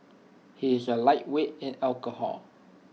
he is A lightweight in alcohol